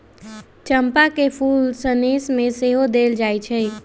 चंपा के फूल सनेश में सेहो देल जाइ छइ